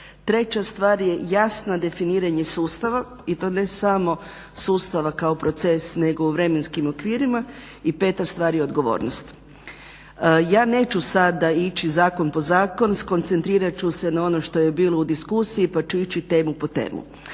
treća stvar je jasno definiranje sustava i to ne samo sustava kao proces nego u vremenskim okvirima. I peta stvar je odgovornost. Ja neću sada ići zakon po zakon, skoncentrirati ću se na ono što je bilo u diskusiji pa ću ići temu po temu.